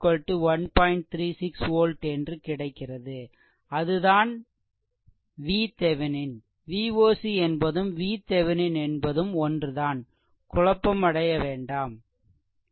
36 volt என்று கிடைக்கிறது அதுதான் VThevenin Voc என்பதும் VThevenin என்பதும் ஒன்றுதான் குழப்பம் அடைய வேண்டாம்